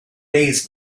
days